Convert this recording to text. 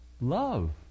love